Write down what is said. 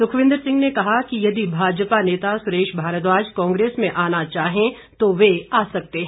सुखविंदर सिंह ने कहा कि यदि भाजपा नेता सुरेश भारद्वाज कांग्रेस में आना चाहें तो वे आ सकते हैं